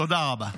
תודה רבה.